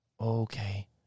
Okay